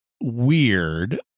weird